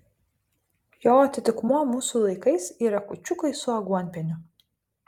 jo atitikmuo mūsų laikais yra kūčiukai su aguonpieniu